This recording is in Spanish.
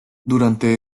durante